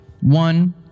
One